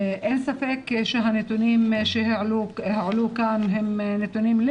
אין ספק שהנתונים שהועלו כאן הם נתונים,